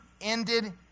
ended